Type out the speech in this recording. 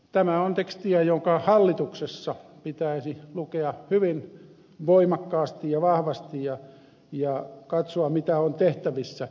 tämä on tekstiä joka hallituksessa pitäisi lukea hyvin voimakkaasti ja vahvasti ja katsoa mitä on tehtävissä